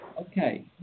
Okay